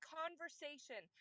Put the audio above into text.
conversation